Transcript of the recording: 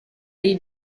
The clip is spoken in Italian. dei